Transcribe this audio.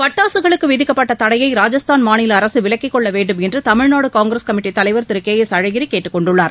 பட்டாசுகளுக்கு விதிக்கப்பட்ட தடையை ராஜஸ்தான் மாநில அரசு விலக்கிக் கொள்ள வேண்டும் என்று தமிழ்நாடு காங்கிரஸ் கமிட்டி தலைவர் திரு கே எஸ் அழகிரி கேட்டுக் கொண்டுள்ளார்